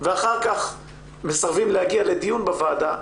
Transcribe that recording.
ואחר כך מסרבים להגיע לדיון בוועדה,